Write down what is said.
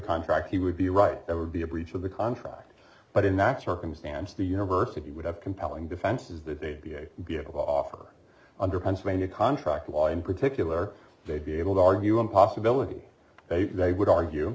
contract he would be right there would be a breach of the contract but in that circumstance the university would have compelling defenses that they'd be a be able to offer under pennsylvania contract law in particular they'd be able to argue one possibility that they would argue